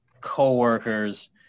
coworkers